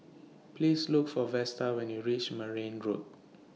Please Look For Vesta when YOU REACH Marne Road